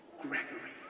gregory,